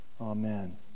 amen